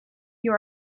you